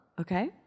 Okay